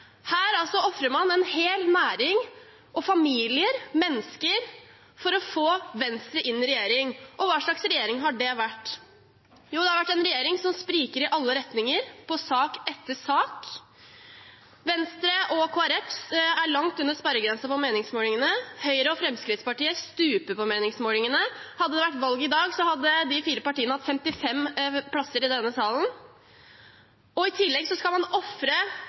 Her ofrer man en hel næring og familier, mennesker, for å få Venstre inn i regjering. Og hva slags regjering har det vært? Jo, det har vært en regjering som spriker i alle retninger, i sak etter sak. Venstre og Kristelig Folkeparti er langt under sperregrensen på meningsmålingene. Høyre og Fremskrittspartiet stuper på meningsmålingene. Hadde det vært valg i dag, hadde de fire partiene hatt 55 plasser i denne salen. I tillegg skal man ofre